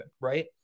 right